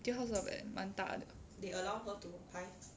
Etude House not bad 蛮大的